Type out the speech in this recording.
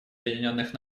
объединенных